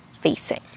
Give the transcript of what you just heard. facing